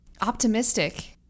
optimistic